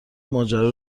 ماجرا